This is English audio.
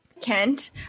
Kent